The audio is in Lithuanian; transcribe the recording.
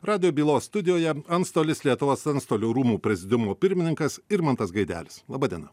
radijo bylos studijoje antstolis lietuvos antstolių rūmų prezidiumo pirmininkas irmantas gaidelis laba diena